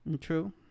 true